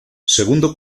segundo